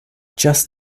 just